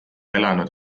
elanud